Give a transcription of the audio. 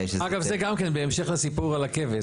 אגב, זה גם כן בהמשך לסיפור על הכבש.